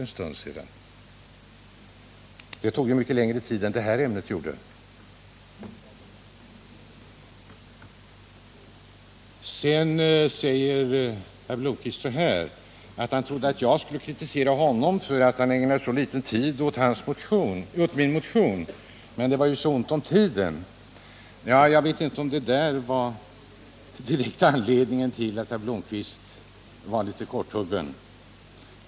Jämfört med detta ämne så tog den frågan mycket längre tid. Herr Blomkvist trodde att jag skulle kritisera honom för att han ägnade sig så litet åt min motion — det var ju så ont om tid. Jag vet inte om det var den direkta anledningen till att herr Blomkvist var litet korthuggen.